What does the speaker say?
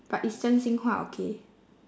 but it's 真心话 okay